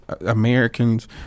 Americans